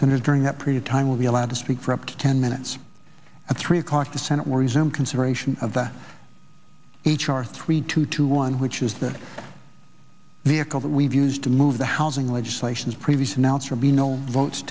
senators during that period time will be allowed to speak for up to ten minutes at three o'clock the senate will resume consideration of the h r three two two one which is the vehicle that we've used to move the housing legislations previous announcer be no votes